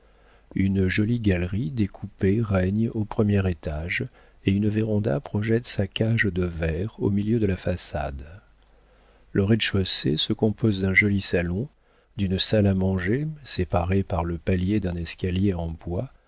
une jolie galerie découpée règne au premier étage et une varanda projette sa cage de verre au milieu de la façade le rez-de-chaussée se compose d'un joli salon d'une salle à manger séparés par le palier d'un escalier de bois